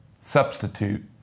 substitute